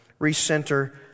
recenter